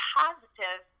positive